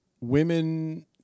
women